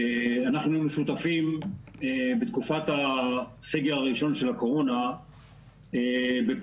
אנחנו היינו שותפים בתקופת הסגר הראשון של הקורונה בפנייה,